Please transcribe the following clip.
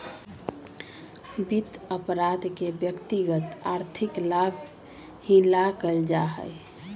वित्त अपराध के व्यक्तिगत आर्थिक लाभ ही ला कइल जा हई